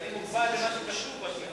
אני מוגבל למה שכתוב.